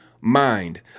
mind